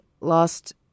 lost